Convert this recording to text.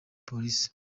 polisi